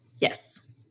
Yes